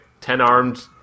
ten-armed